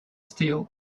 steel